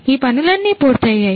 ఈ పనులన్నీ పూర్తయ్యాయి